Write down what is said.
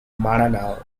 maranao